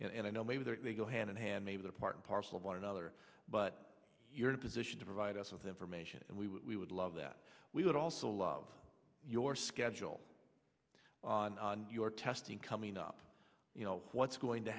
you know and i know maybe there they go hand in hand maybe they're part and parcel of one another but you're in a position to provide us with information and we would love that we would also love your schedule on your testing coming up you know what's going to